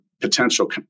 potential